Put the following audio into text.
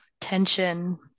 tension